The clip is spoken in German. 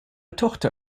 tochter